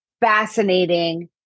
Fascinating